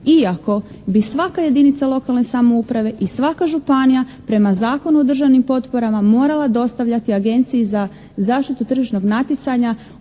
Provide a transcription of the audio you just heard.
iako bi svaka jedinica lokalne samouprave i svaka županija prema Zakonu o državnim potporama morala dostavljati Agenciji za zaštitu tržišnog natjecanja